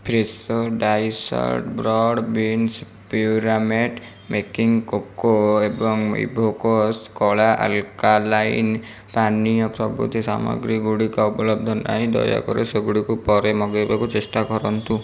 Fresho diced broad beans Puramate making cocoa ଏବଂ Evocus କଳା alkaline ପାନୀୟ ପ୍ରଭୃତି ସାମଗ୍ରୀ ଗୁଡ଼ିକ ଉପଲବ୍ଧ ନାହିଁ ଦୟାକରି ସେଗୁଡ଼ିକୁ ପରେ ମଗାଇବାକୁ ଚେଷ୍ଟା କରନ୍ତୁ